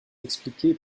expliquer